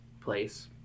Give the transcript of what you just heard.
place